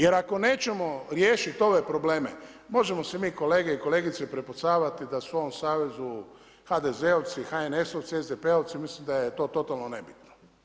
Jer ako nećemo riješiti ove probleme možemo se mi kolege i kolegice prepucavati da su u ovom savezu HDZ-ovci, HNS-ovci, SDP-ovci mislim da je to totalno nebitno.